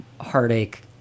heartache